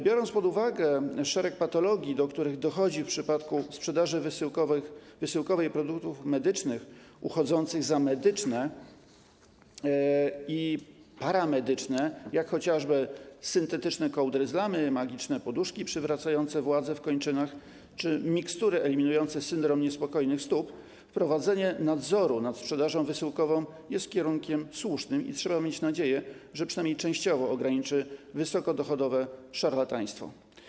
Biorąc pod uwagę szereg patologii, do których dochodzi w przypadku sprzedaży wysyłkowej produktów medycznych, uchodzących za medyczne i paramedyczne, jak chociażby syntetyczne kołdry z lamy, magiczne poduszki przywracające władzę w kończynach czy mikstury eliminujące syndrom niespokojnych stóp, wprowadzenie nadzoru nad sprzedażą wysyłkową jest kierunkiem słusznym i trzeba mieć nadzieję, że przynajmniej częściowo ograniczy wysokodochodowe szarlataństwo.